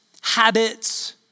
habits